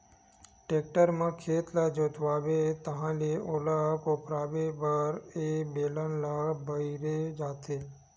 tractor म खेत ल जोतवाबे ताहाँले ओला कोपराये बर ए बेलन ल बउरे जाथे